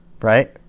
Right